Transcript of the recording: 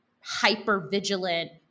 hyper-vigilant